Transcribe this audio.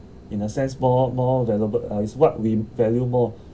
in a sense more more valuable uh it's what we value more